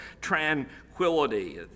tranquility